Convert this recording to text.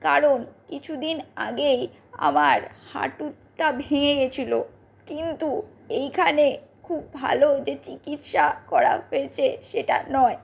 কারণ কিছু দিন আগেই আমার হাঁটুটা ভেঙে গেছিল কিন্তু এইখানে খুব ভালো যে চিকিৎসা করা হয়েছে সেটা নয়